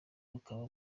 bukaba